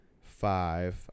five